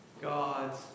God's